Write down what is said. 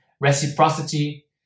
reciprocity